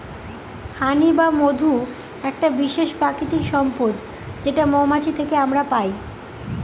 হানি বা মধু একটা বিশেষ প্রাকৃতিক সম্পদ যেটা মৌমাছি থেকে আমরা পাই